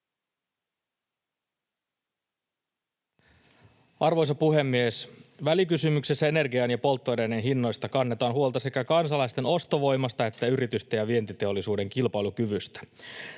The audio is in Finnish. Arvoisa puhemies! Välikysymyksessä energian ja polttoaineiden hinnoista kannetaan huolta sekä kansalaisten ostovoimasta että yritysten ja vientiteollisuuden kilpailukyvystä.